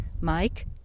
Mike